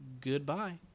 Goodbye